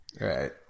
Right